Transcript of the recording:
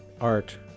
art